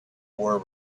were